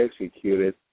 executed